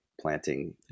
Planting